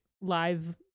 live